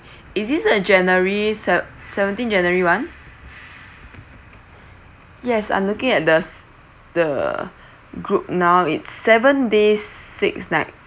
is this a january sev~ seventeen january [one] yes I'm looking at the the group now it's seven days six nights